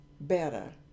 better